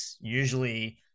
usually